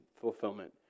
fulfillment